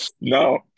No